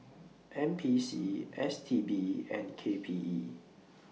N P C S T B and K P E